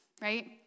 right